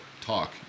talk